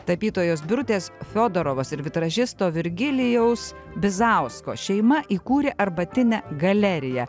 tapytojos birutės fiodorovas ir vitražisto virgilijaus bizausko šeima įkūrė arbatinę galeriją